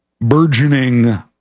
burgeoning